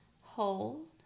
hold